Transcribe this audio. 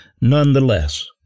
nonetheless